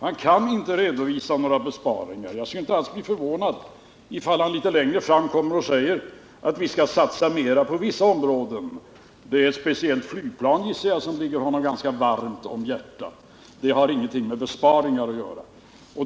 Han kan inte redovisa några besparingar. Jag skulle inte alls bli förvånad ifall han litet längre fram kommer och säger att vi skall satsa mera på vissa områden — speciellt flygplan, gissar jag, ligger honom ganska varmt om hjärtat, men det har ingenting med besparingar att göra.